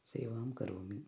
सेवां करोमि